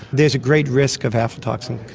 there is a great risk of aflatoxin